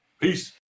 Peace